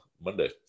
Monday